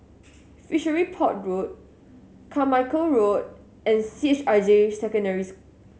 Fishery Port Road Carmichael Road and C H I J Secondary